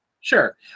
Sure